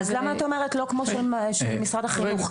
למה את אומרת לא כמו של משרד החינוך?